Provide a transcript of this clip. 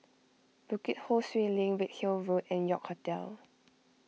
Bukit Ho Swee Link Redhill Road and York Hotel